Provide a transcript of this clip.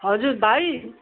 हजुर भाइ